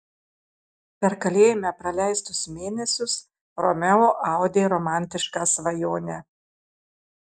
per kalėjime praleistus mėnesius romeo audė romantišką svajonę